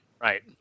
Right